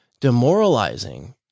demoralizing